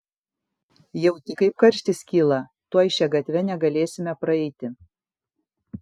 jauti kaip karštis kyla tuoj šia gatve negalėsime praeiti